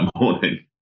morning